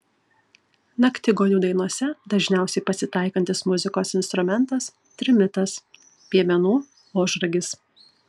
naktigonių dainose dažniausiai pasitaikantis muzikos instrumentas trimitas piemenų ožragis